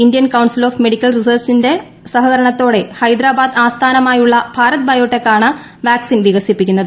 Indian council of medical റിസർച്ചിന്റെ സഹകരണത്തോടെ ഹൈദരാബാദ് ആസ്ഥാനമായുള്ള ഭാരത് ബയോടെക് ആണ് വാക്സിൻ വികസിപ്പിക്കുന്നത്